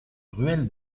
ruelle